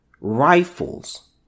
Rifles